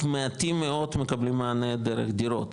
מעטים מאוד מקבלים מענה דרך דירות,